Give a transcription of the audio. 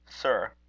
Sir